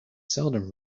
seldom